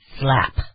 slap